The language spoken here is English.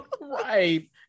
Right